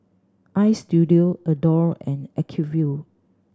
Istudio Adore and Acuvue